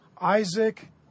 Isaac